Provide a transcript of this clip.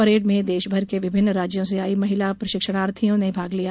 parade में देश भर के विभिन्न राज्यों से आई महिला प्रशिक्षणार्थियों ने भाग लिया